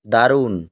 দারুন